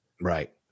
Right